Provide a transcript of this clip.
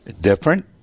Different